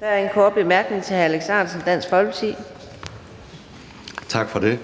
Der er en kort bemærkning til hr. Alex Ahrendtsen, Dansk Folkeparti. Kl. 19:50 Alex Ahrendtsen (DF): Tak for det.